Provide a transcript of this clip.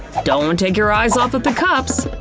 don't take your eyes off of the cups.